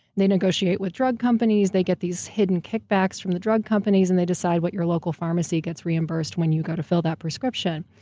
they negotiate with drug companies, they get these hidden kick-backs from the drug companies and they decide what your local pharmacy gets reimbursed when you go to fill that prescription.